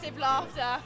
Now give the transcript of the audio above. laughter